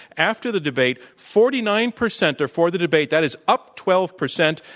after the debate, forty nine percent are for the debate, that is up twelve percent,